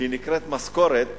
שנקראת משכורת,